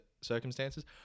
circumstances